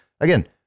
again